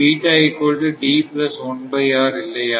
இல்லையா